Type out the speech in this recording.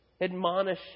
Admonish